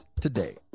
today